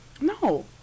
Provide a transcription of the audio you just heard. No